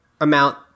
amount